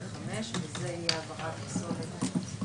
כן.